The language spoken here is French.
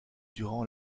durant